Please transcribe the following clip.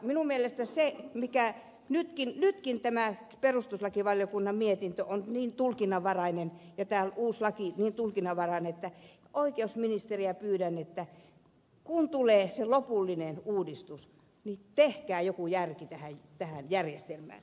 minun mielestäni tämä perustuslakivaliokunnan mietintö on niin tulkinnanvarainen ja tämä uusi laki niin tulkinnanvarainen että pyydän oikeusministeriä että kun tulee se lopullinen uudistus niin tehkää joku järki tähän järjestelmään